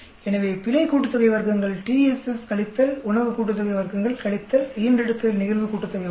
எனவே பிழை கூட்டுத்தொகை வர்க்கங்கள் TSS கழித்தல் உணவு கூட்டுத்தொகை வர்க்கங்கள் கழித்தல் ஈன்றெடுத்தல் நிகழ்வு கூட்டுத்தொகை வர்க்கங்கள்